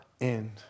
end